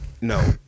No